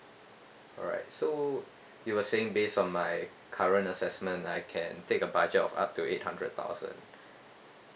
alright so you were saying based on my current assessment I can take a budget of up to eight hundred thousand